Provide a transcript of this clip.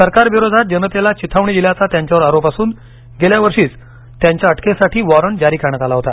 सरकारविरोधात जनतेला चिथावणी दिल्याचा त्यांच्यावर आरोप असून गेल्या वर्षीच त्यांच्या अटकेसाठी वॉरंट जारी करण्यात आला होता